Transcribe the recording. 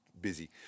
busy